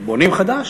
בונים חדש?